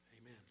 Amen